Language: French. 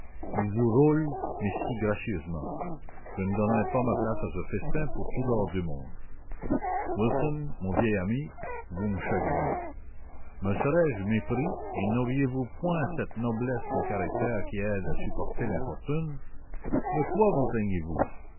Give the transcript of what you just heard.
il vous roule mais si gracieusement je ne donnerais pas ma place à ce festin pour tout l'or du monde wilson mon vieil ami vous me chagrinez me serais-je mépris et n'auriez-vous point cette noblesse de caractère qui aide à supporter l'infortune de quoi vous